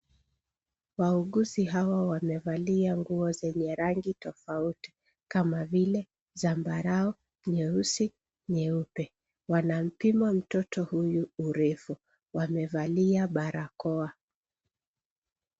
Wauguzi hawa wamevalia nguo zenye rangi tofauti kama vile zambarau, nyeusi, nyeupe. Wanampima mtoto huyu urefu, wamevalia barakoa.